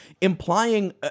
implying